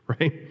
right